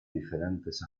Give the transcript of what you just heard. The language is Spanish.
diferentes